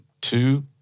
two